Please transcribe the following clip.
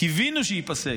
קיווינו שייפסק,